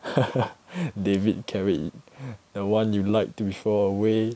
david carried the one you liked before away